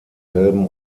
derselben